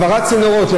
העברת צינורות,